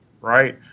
right